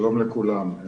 שלום לכולם.